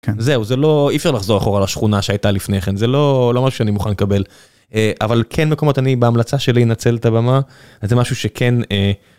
זהו, זה לא אפשר לחזור אחורה לשכונה שהייתה לפני כן, זה לא לא משהו שאני מוכן לקבל, אבל כן מקומות אני בהמלצה שלי אנצל את הבמה, זה משהו שכן.